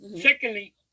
Secondly